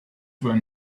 when